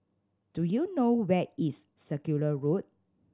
do you know where is Circular Road